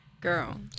girl